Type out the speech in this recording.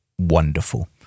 wonderful